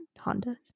honda